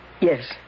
Yes